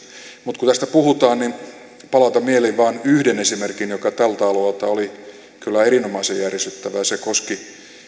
mutta kun tästä puhutaan niin palautan mieliin vain yhden esimerkin joka tältä alueelta oli kyllä erinomaisen järisyttävä se koski